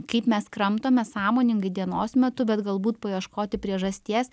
kaip mes kramtome sąmoningai dienos metu bet galbūt paieškoti priežasties